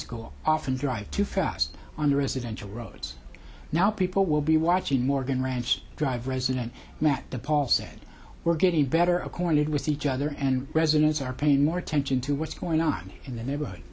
school often drive too fast on the residential roads now people will be watching morgan rance drive resident matt the paul said we're getting better accord with each other and residents are paying more attention to what's going on in the neighborhood